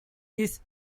his